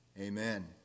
Amen